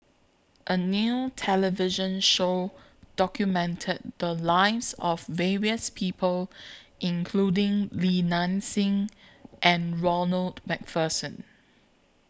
A New television Show documented The Lives of various People including Li Nanxing and Ronald MacPherson